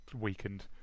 weakened